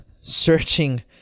searching